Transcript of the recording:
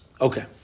Okay